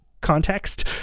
context